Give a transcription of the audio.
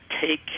take